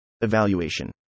Evaluation